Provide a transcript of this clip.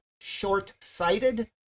short-sighted